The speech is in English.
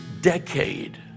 decade